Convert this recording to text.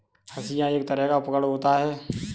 हंसिआ एक तरह का उपकरण होता है